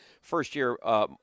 first-year